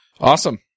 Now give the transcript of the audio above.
Awesome